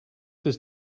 this